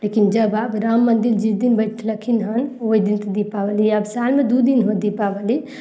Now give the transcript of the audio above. लेकिन जब आब राम मन्दिर जिस दिन बैठलखिन हन ओइ दिनसँ दिपावली अब सालमे दू दिन होत दिपावली